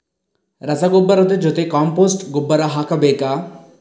ರಸಗೊಬ್ಬರದ ಜೊತೆ ಕಾಂಪೋಸ್ಟ್ ಗೊಬ್ಬರ ಹಾಕಬೇಕಾ?